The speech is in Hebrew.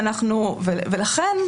לכן,